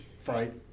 fright